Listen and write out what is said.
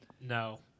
No